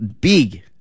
big